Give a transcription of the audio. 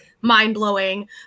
mind-blowing